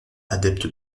adepte